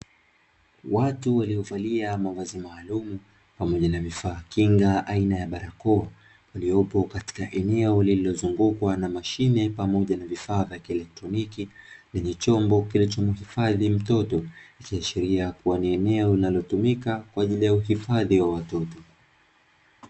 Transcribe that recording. Watu waliovalia mavazi maalumu pamoja na vifaa kinga aina ya barakoa waliopo katika eneo lililozungukwa na mashine, pamoja na vifaa vya kielektroniki lenye chombo kilichomuhifadhi mtoto, ikiashiria kuwa ni eneo linalotumika kwa ajili ya uhifadhi wa watoto.